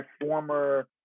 former